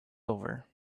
over